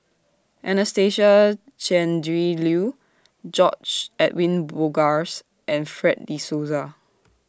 Anastasia Tjendri Liew George Edwin Bogaars and Fred De Souza